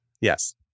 Yes